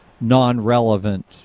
non-relevant